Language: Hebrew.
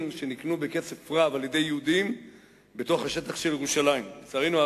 שנקנו בכסף רב על-ידי יהודים בתוך השטח של ירושלים.